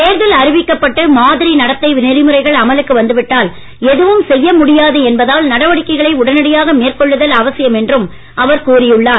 தேர்தல் அறிவிக்கப் பட்டு மாதிரி நடத்தை நெறிமுறைகள் அமலுக்கு வந்துவிட்டால் எதுவும் செய்ய முடியாது என்பதால் நடவடிக்கைகளை உடனடியாக மேற்கொள்ளுதல் அவசியம் என்றும் அவர் கூறியுள்ளார்